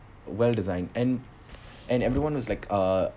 well designed and and everyone is like a